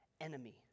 enemy